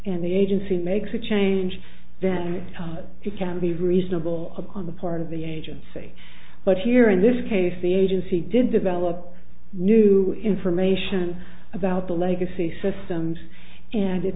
and the agency makes a change then you can be reasonable on the part of the agency but here in this case the agency did develop new information about the legacy systems a